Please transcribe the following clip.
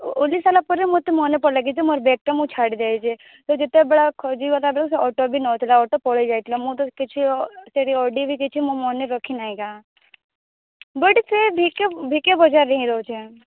ଓ ଉଲ୍ହେଇ ସାରିଲା ପରେ ମୋତେ ମନେ ପଡ଼ିଲାକି ଯେ ମୋର ବେଗଟା ମୁଁ ଛାଡ଼ିଦେଇଛି ତ ଯେତେବେଳେ ଖୋଜିବା ସେ ଅଟୋ ବି ନଥିଲା ଅଟୋ ପଳେଇ ଯାଇଥିଲା ମୁଁ ତ କିଛି ସେ ବି ଅଡ଼ି ବି କିଛି ମୁଁ ମନେରଖି ନାଇକା ବଟ ଫିର ଭିକେ ଭିକେ ବଜାର ରେ ହିଁ ରହୁଛେଁ